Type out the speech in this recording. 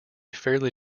fairly